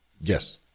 yes